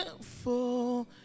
Beautiful